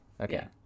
okay